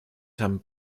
san